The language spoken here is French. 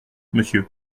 monsieur